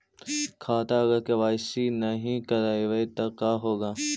खाता अगर के.वाई.सी नही करबाए तो का होगा?